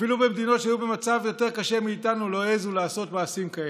אפילו במדינות שהיו במצב יותר קשה מאיתנו לא העזו לעשות מעשים כאלה.